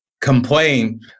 complaint